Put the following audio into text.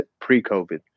pre-COVID